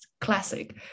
classic